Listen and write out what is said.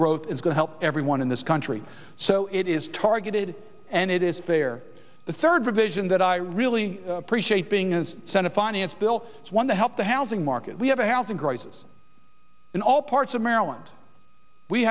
growth is going help everyone in this country so it is targeted and it is there the third provision that i really appreciate being is senate finance bill one to help the housing market we have a housing crisis in all parts of maryland we